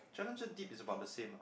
Challenger Deep is about the same